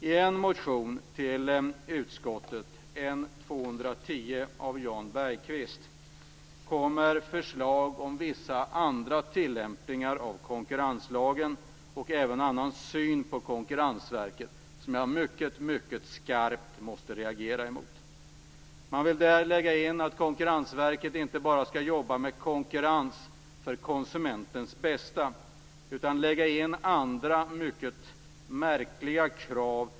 I motion N210 av Jan Bergqvist kommer förslag om vissa andra tillämpningar av konkurrenslagen och även en annan syn på Konkurrensverket som jag synnerligen skarpt måste reagera på. Man vill där lägga in att Konkurrensverket inte bara skall jobba med konkurrens för konsumentens bästa utan också lägga in andra, mycket märkliga, krav.